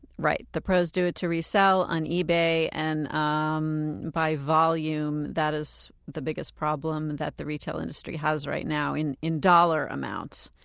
right. the pros do it to resell on ebay. and um by volume that is the biggest problem that the retail industry has right now in in dollar amount.